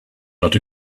not